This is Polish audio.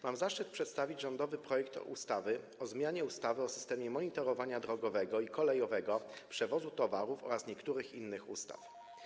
Mam zaszczyt przedstawić rządowy projekt ustawy o zmianie ustawy o systemie monitorowania drogowego i kolejowego przewozu towarów oraz niektórych innych ustaw.